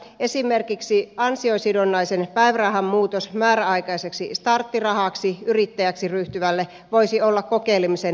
esimerkiksi ansiosidonnaisen päivärahan muutos määräaikaiseksi starttirahaksi yrittäjäksi ryhtyvälle voisi olla kokeilemisen arvoinen